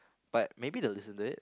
but maybe they will listen to it